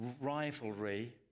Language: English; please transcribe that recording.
rivalry